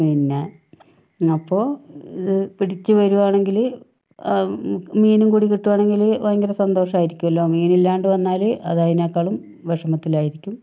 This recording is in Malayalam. പിന്നെ അപ്പൊൾ ഇത് പിടിച്ച് വരുവാണെങ്കില് മീനും കൂടി കിട്ടുവാനെങ്കില് ഭയങ്കര സന്തോഷായിരിക്കുവല്ലോ മീനില്ലാണ്ട് വന്നാല് അത് അതിനേക്കാളും വിഷമത്തിലായിരിക്കും